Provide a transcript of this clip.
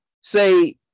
say